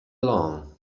along